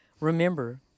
Remember